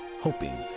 hoping